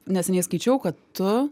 neseniai skaičiau kad tu